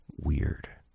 weird